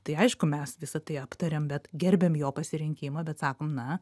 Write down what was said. tai aišku mes visa tai aptariam bet gerbiam jo pasirinkimą bet sakom na